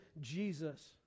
Jesus